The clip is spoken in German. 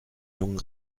jungen